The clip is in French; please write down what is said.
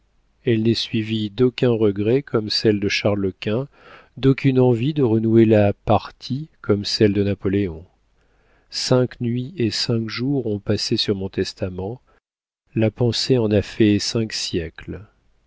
elle n'est suivie d'aucun regret comme celle de charles-quint d'aucune envie de renouer la partie comme celle de napoléon cinq nuits et cinq jours ont passé sur mon testament la pensée en a fait cinq siècles